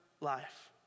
life